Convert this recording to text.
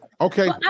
okay